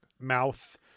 mouth